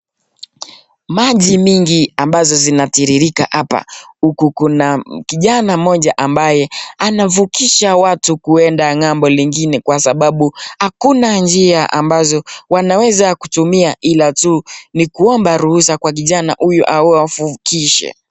Maji mingi ambazo zinatiririka hapa . Huku kuna kijana mmoja ambaye anavukisha watu kuenda ng'ambo lingine kwa sababu hakuna njia ambazo wanaweza kutumia ila tu ni kuomba ruhusu kwa kijana huyu awavukishe.